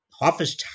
office